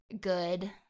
good